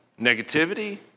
Negativity